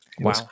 Wow